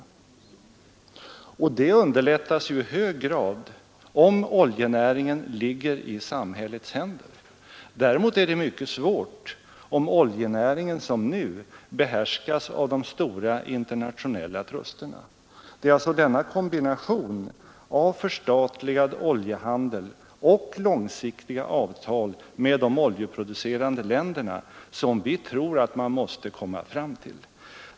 Det underlättas ju i hög grad om oljenäringen ligger i samhällets händer. Däremot är det mycket svårt om oljenäringen som nu behärskas av de stora internationella trusterna. Det är alltså denna kombination av förstatligad oljehandel och långsiktiga avtal med de oljeproducerande länderna som vi tror att man måste komma fram till.